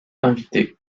invité